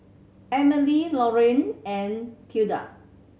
Emily Lorrayne and Tilda